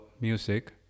music